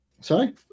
Sorry